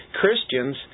Christians